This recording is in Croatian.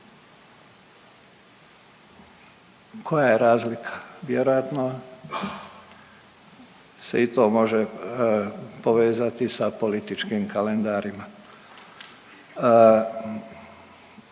Koja je razlika? Vjerojatno se i to može povezati sa političkim kalendarima.